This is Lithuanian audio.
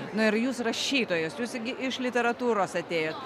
na ir jūs rašytojas jūs gi iš literatūros atėjot